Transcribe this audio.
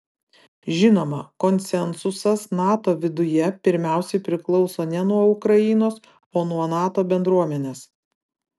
žinoma konsensusas nato viduje pirmiausiai priklauso ne nuo ukrainos o nuo nato bendruomenės